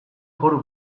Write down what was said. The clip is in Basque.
foru